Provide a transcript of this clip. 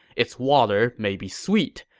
its water maybe sweet,